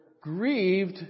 grieved